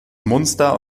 munster